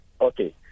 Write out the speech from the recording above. Okay